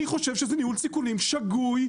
אני חושב שזה ניהול סיכונים שגוי,